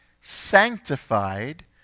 sanctified